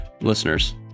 listeners